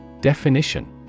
definition